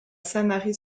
sanary